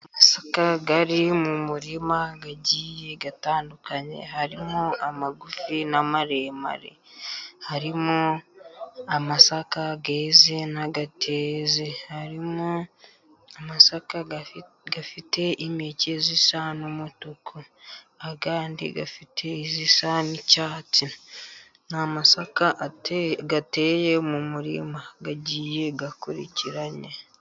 Amasaka ari mu murima agiye atandukanye, harimo amagufi n'amaremare, harimo amasaka yeze n'ateze, harimo amasaka afite impeke zisa n'umutuku, ayandi afite izisa n'icyatsi ni amasaka ateye mu murima agiye akurikiranye.